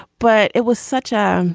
but it was such um